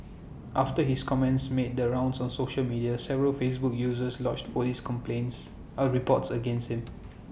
after his comments made the rounds on social media several Facebook users lodged Police complaints or reports against him